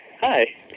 Hi